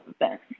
event